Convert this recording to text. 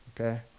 okay